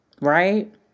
Right